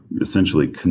essentially